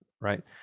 Right